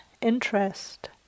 interest